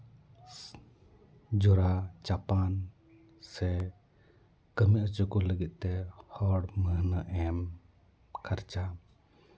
ᱡᱚᱨᱟ ᱪᱟᱯᱟᱱ ᱥᱮ ᱠᱟᱹᱢᱤ ᱦᱚᱪᱚ ᱠᱚ ᱞᱟᱹᱜᱤᱫ ᱛᱮ ᱦᱚᱲ ᱢᱟᱹᱭᱱᱟᱹ ᱮᱢ ᱠᱷᱚᱨᱪᱟ